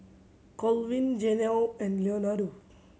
Colvin Jenelle and Leonardo